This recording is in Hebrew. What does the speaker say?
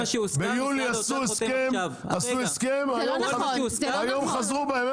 ביולי עשו הסכם, היום חזרו בהם.